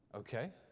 Okay